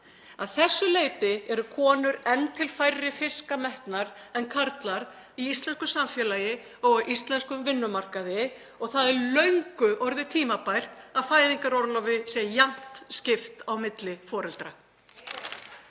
þessu leyti eru konur enn til færri fiska metnar en karlar í íslensku samfélagi og á íslenskum vinnumarkaði og það er löngu orðið tímabært að fæðingarorlofi sé jafnt skipt á milli foreldra.